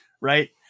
right